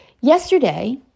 Yesterday